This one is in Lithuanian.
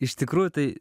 iš tikrųjų tai